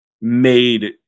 made